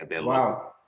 Wow